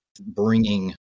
bringing